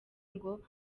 ngo